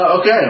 Okay